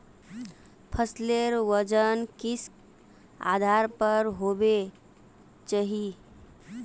फसलेर वजन किस आधार पर होबे चही?